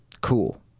Cool